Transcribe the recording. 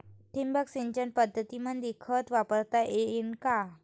ठिबक सिंचन पद्धतीमंदी खत वापरता येईन का?